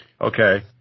Okay